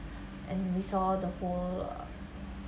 and we saw the whole uh